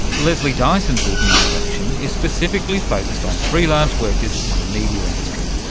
leslie dyson's organisation is specifically focussed on freelance workers in the media industry,